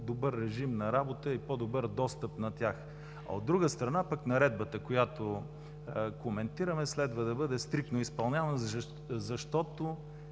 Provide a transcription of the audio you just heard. режим на работа и по-добър достъп на тях. А от друга страна, Наредбата, която коментираме, следва да бъде стриктно изпълнявана, защото